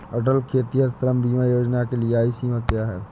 अटल खेतिहर श्रम बीमा योजना के लिए आयु सीमा क्या है?